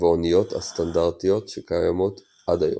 הצבעוניות הסטנדרטיות שקיימות עד היום.